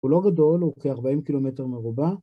הוא לא גדול, הוא כ 40 קילומטר מרובע.